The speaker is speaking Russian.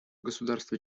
государства